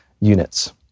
units